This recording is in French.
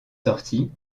sortie